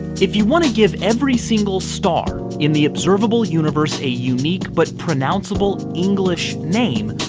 if you want to give every single star in the observable universe a unique but pronounceable english name,